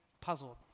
puzzled